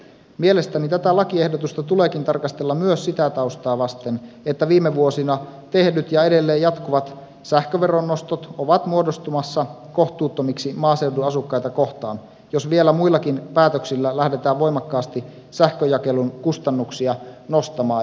mielestäni tätä lakiehdotusta tuleekin tarkastella myös sitä taustaa vasten että viime vuosina tehdyt ja edelleen jatkuvat sähköveron nostot ovat muodostumassa kohtuuttomiksi maaseudun asukkaita kohtaan jos vielä muillakin päätöksillä lähdetään voimakkaasti sähkönjakelun kustannuksia nostamaan